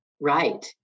Right